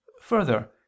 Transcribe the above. Further